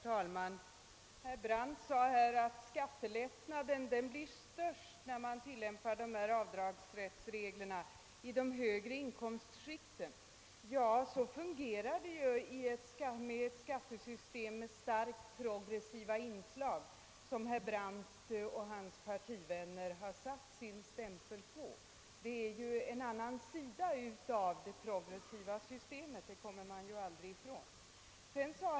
Herr talman! Herr Brandt sade att när man tillämpar avdragsreglerna blir skattelättnaden störst i de högre inkomstskikten. Ja, så fungerar det i ett skattesystem med starkt progressiva inslag, som herr Brandt och hans partivänner har satt sin stämpel på. Det är en annan sida av det progressiva skattesystemet; det kommer man aldrig ifrån.